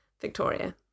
Victoria